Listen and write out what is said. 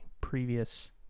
previous